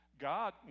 God